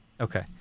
okay